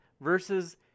versus